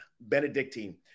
Benedictine